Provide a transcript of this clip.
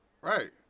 Right